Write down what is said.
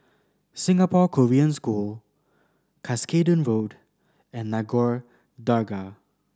Singapore Korean School Cuscaden Road and Nagore Dargah